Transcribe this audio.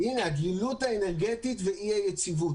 הדלילות האנרגטית ואי היציבות.